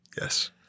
Yes